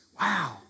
wow